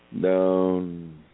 Down